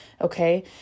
okay